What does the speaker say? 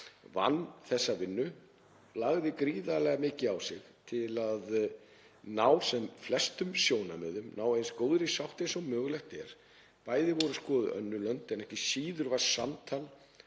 vann þessa vinnu lagði gríðarlega mikið á sig til að ná sem flestum sjónarmiðum fram, ná eins góðri sátt og mögulegt er, bæði voru skoðuð önnur lönd en ekki síður var samtal